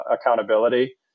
accountability